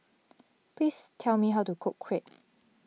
please tell me how to cook Crepe